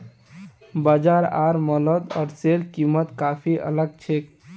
बाजार आर मॉलत ओट्सेर कीमत काफी अलग छेक